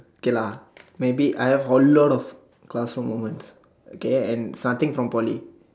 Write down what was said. K lah maybe I have a lot of classroom moments okay and it's nothing from Poly